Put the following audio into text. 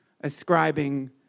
ascribing